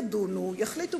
ידונו, יחליטו